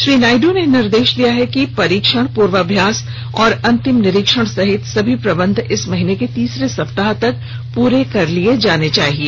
श्री नायडू ने निर्देश दिया है कि परीक्षण पूर्वाभ्यास और अंतिम निरीक्षण सहित सभी प्रबंध इस महीने के तीसरे सप्ताह तक पूरे कर लिए जाने चाहिए